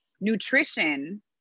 nutrition